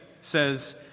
says